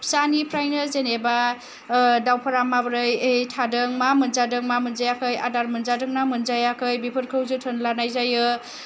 फिसानिफ्रायनो जेनेबा दाउफ्रा माबोरै थादों मा मोनजादों मा मोनजायाखै आदार मोनजादोंना मोनजायाखै बेफोरखौ जोथोन लानाय जायो